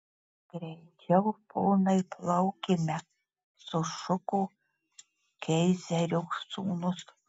greičiau ponai plaukime sušuko keizerio sūnus